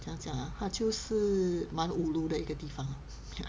怎样讲啊它就是蛮 ulu 的一个地方